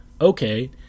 okay